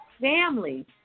family